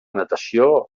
natació